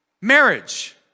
marriage